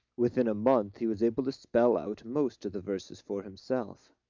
within a month he was able to spell out most of the verses for himself.